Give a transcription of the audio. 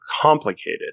complicated